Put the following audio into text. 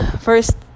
First